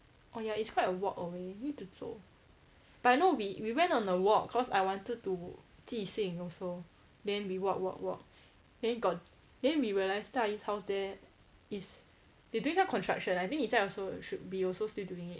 oh ya it's quite a walk away need to 走 but I know we we went on a walk cause I wanted to 寄信 also then we walk walk walk then got then we realise 大姨 house there is they doing some construction I think 你在 also should be also still doing it